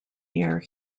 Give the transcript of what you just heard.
year